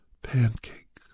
pancake